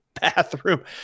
bathroom